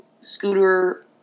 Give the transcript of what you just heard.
scooter